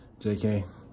JK